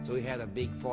so he had a big